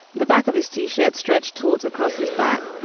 the back of his t shirt, stretched towards across his back,